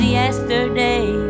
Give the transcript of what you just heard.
yesterday